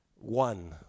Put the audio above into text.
one